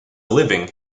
living